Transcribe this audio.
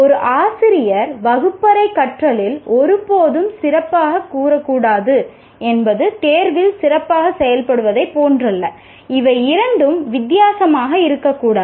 ஒரு ஆசிரியர் வகுப்பறை கற்றலில் ஒருபோதும் சிறப்பாகக் கற்பது என்பது தேர்வில் சிறப்பாக செயல்படுவதைப் போன்றதல்ல இவை இரண்டும் வித்தியாசமாக இருக்கக்கூடாது